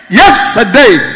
yesterday